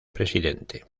presidente